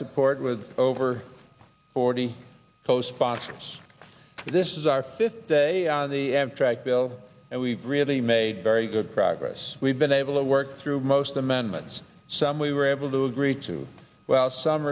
support with over forty co sponsors this is our fifth day on the have tracked bill and we've really made very good progress we've been able to work through most amendments some we were able to agree to well some